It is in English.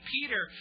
Peter